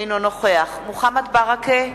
אינו נוכח מוחמד ברכה,